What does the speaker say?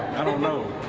i don't know.